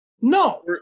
No